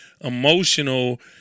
emotional